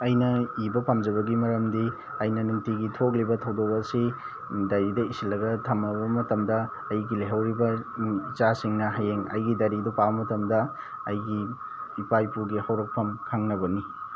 ꯑꯩꯅ ꯏꯕ ꯄꯥꯝꯖꯕꯒꯤ ꯃꯔꯝꯗꯤ ꯑꯩꯅ ꯅꯨꯡꯇꯤꯒꯤ ꯊꯣꯛꯂꯤꯕ ꯊꯧꯗꯣꯛ ꯑꯁꯤ ꯗꯥꯏꯔꯤꯗ ꯏꯁꯤꯜꯂꯒ ꯊꯝꯃꯕ ꯃꯇꯝꯗ ꯑꯩꯒꯤ ꯂꯩꯍꯧꯔꯤꯕ ꯏꯆꯥꯁꯤꯡꯅ ꯍꯌꯦꯡ ꯑꯩꯒꯤ ꯗꯥꯏꯔꯤꯗꯨ ꯄꯥꯕ ꯃꯇꯝꯗ ꯑꯩꯒꯤ ꯏꯄꯥ ꯏꯄꯨꯒꯤ ꯍꯧꯔꯛꯐꯝ ꯈꯪꯅꯕꯅꯤ